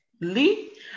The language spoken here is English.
Lee